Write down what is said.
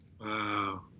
Wow